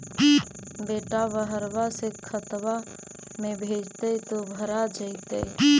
बेटा बहरबा से खतबा में भेजते तो भरा जैतय?